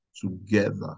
together